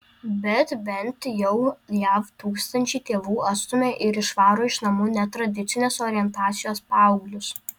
bet bent jau jav tūkstančiai tėvų atstumia ir išvaro iš namų netradicinės orientacijos paauglius